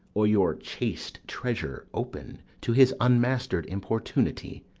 or your chaste treasure open to his unmaster'd importunity.